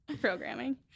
programming